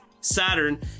Saturn